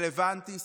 רלוונטי,